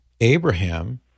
Abraham